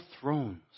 thrones